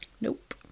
Nope